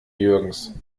jürgens